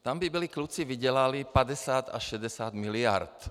Tam by byli kluci vydělali 50 až 60 mld.